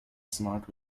smart